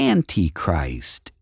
Antichrist